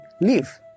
leave